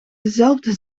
dezelfde